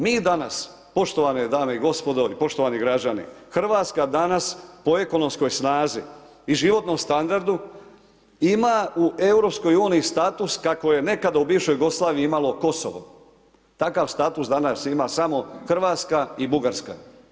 Mi danas, poštovane dame i gospodo i poštovani građani, Hrvatska danas, po ekonomskoj snazi i životnom standardu, ima u EU, status kako je nekada u bivšoj Jugoslaviji imalo Kosovo, takav status danas ima samo Hrvatska i Bugarska.